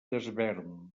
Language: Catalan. desvern